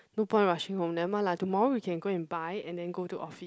no point rushing home nevermind lah tomorrow we can go and buy and then go to office